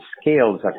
scales